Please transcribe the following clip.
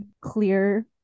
clear